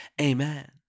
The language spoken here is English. Amen